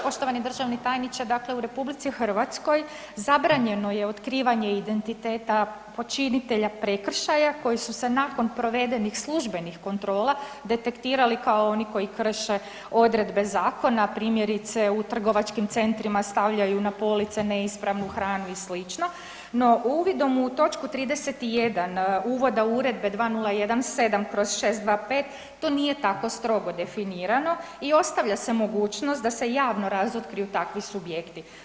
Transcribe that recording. Poštovani državni tajniče, dakle u RH zabranjeno je otkrivanje identiteta počinitelja prekršaja koji su se nakon provedenih službenih kontrola, detektirali kao oni koji krše odredbe zakona, primjerice u trgovačkim centrima stavljaju na police neispravnu hranu i slično, no uvidom u točku 31. uvoda Uredbe 2017/625, to nije tako strogo definirano i ostavlja se mogućnost da se javno razotkriju takvi subjekti.